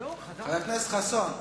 הכנסת חסון,